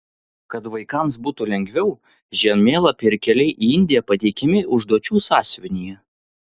kad vaikams būtų lengviau žemėlapiai ir keliai į indiją pateikiami užduočių sąsiuvinyje